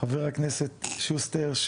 חבר הכנסת שוסטר,